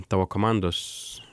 tavo komandos